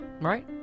Right